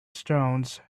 stones